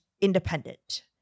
independent